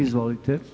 Izvolite.